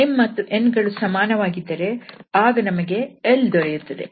𝑚 ಮತ್ತು 𝑛 ಗಳು ಸಮನಾಗಿದ್ದರೆ ಆಗ ನಮಗೆ 𝑙 ದೊರೆಯುತ್ತದೆ